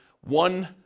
one